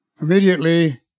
immediately